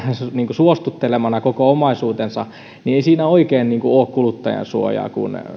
suostuttelemana koko omaisuutensa niin ei siinä oikein ole kuluttajansuojaa kun